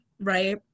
right